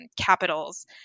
capitals